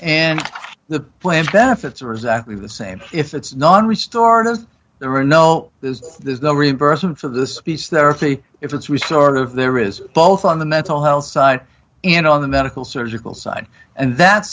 and the plan benefits are exactly the same if it's non restored as there are no this is the reimbursement for the speech therapy if it's we sort of there is both on the mental health side and on the medical surgical side and that